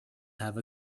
have